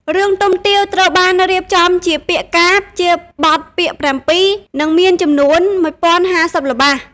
រឿងទុំទាវត្រូវបានរៀបចំជាពាក្យកាព្យ ជាបទពាក្យ៧ និងមានចំនួន១០៥០ល្បះ។